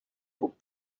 would